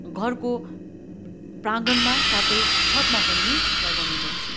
घरको प्राङ्गणमा साथै छतमा पनि लगाउने गर्छु